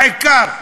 העיקר,